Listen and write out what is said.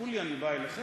תחכו לי, אני בא אליכם.